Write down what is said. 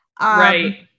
Right